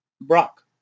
Brock